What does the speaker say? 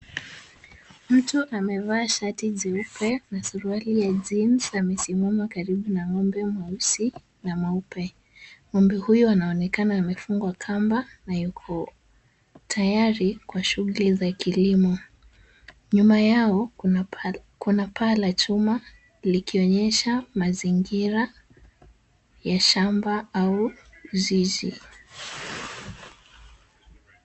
Mtu amevaa shati jeupe na suruali ya jeans amesimama karibu na ng'ombe mweusi na mweupe. Ng'ombe huyo anaonekana amefungwa kamba na yuko tayari kwa shughuli za kilimo. Nyuma yao kuna paa la chuma likionyesha mazingira ya shamba au jiji.